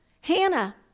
Hannah